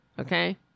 Okay